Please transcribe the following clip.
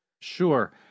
Sure